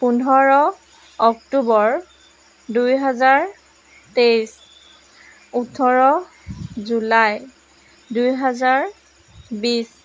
পোন্ধৰ অক্টোবৰ দুই হাজাৰ তেইছ ওঠৰ জুলাই দুই হাজাৰ বিছ